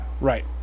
Right